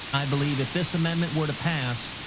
i believe if this amendment were to pass,